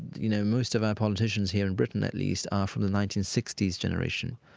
you know, most of our politicians here in britain at least are from the nineteen sixty s generation.